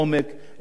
תודה רבה לך.